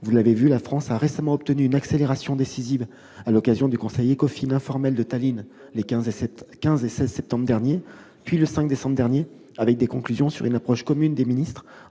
Gouvernement. La France a récemment obtenu une accélération décisive, à l'occasion du conseil ECOFIN informel de Tallinn, qui s'est tenu les 15 et 16 septembre, puis le 5 décembre dernier, avec des conclusions sur une approche commune des ministres